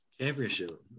Championship